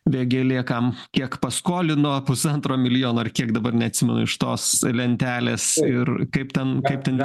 vėgėlė kam kiek paskolino pusantro milijono ar kiek dabar neatsimenu iš tos lentelės ir kaip ten kaip ten